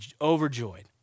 overjoyed